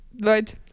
Right